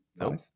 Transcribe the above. No